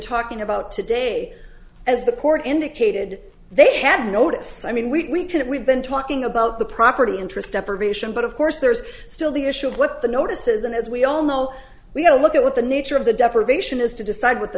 talking about today as the court indicated they had notice i mean we can we've been talking about the property interest deprivation but of course there's still the issue of what the notice is and as we all know we'll look at what the nature of the deprivation is to decide what the